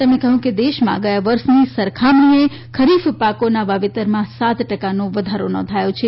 તેમણે કહ્યું કે દેશમાં ગયા વર્ષની સરખામણીએ ખરીફ પાકોના વાવેતરમાં સાત ટકાનો વધારો નોંધાયો છે